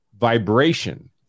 vibration